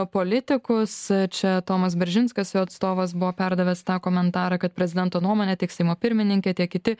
politikus čia tomas beržinskas jo atstovas buvo perdavęs tą komentarą kad prezidento nuomone tik seimo pirmininkė tiek kiti